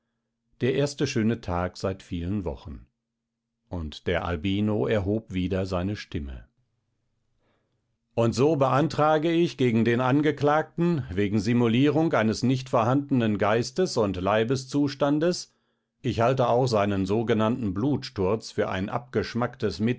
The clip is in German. der erste schöne tag seit vielen wochen und der albino erhob wieder seine stimme und so beantrage ich gegen den angeklagten wegen simulierung eines nicht vorhandenen geistes und leibeszustandes ich halte auch seinen sogenannten blutsturz für ein abgeschmacktes